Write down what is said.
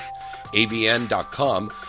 avn.com